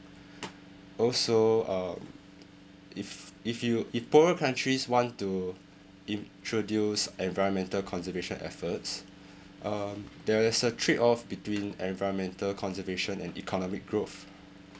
also um if if you if poorer countries want to introduce environmental conservation efforts um there is a trade off between environmental conservation and economic growth